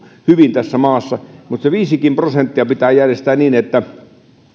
hyvin tässä maassa mutta se viisikin prosenttia pitää järjestää niin että